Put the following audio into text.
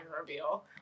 reveal